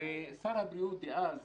שר הבריאות דאז,